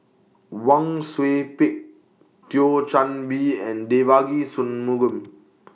Wang Sui Pick Thio Chan Bee and Devagi Sanmugam